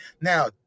Now